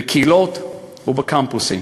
בקהילות ובקמפוסים.